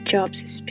Jobs